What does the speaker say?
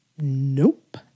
Nope